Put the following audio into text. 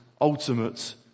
ultimate